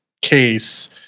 case